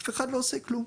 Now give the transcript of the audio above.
אף אחד לא עושה כלום.